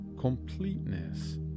completeness